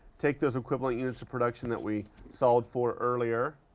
take those equivalent units of production that we solved for earlier.